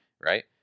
right